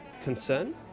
concern